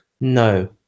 No